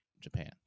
Japan